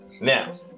now